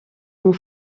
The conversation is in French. ont